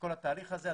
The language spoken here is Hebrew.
לכל התהליך הזה.